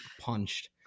punched